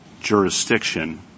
jurisdiction